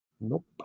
Nope